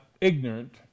ignorant